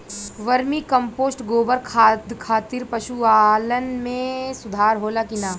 Vermi compost गोबर खाद खातिर पशु पालन में सुधार होला कि न?